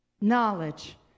knowledge